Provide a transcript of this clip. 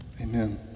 Amen